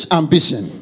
ambition